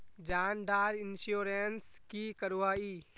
जान डार इंश्योरेंस की करवा ई?